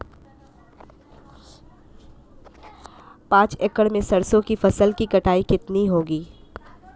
पांच एकड़ में सरसों की फसल की कटाई कितनी होगी?